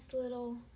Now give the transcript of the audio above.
little